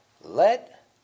let